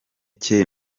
cye